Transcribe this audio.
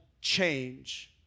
change